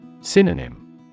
Synonym